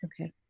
Okay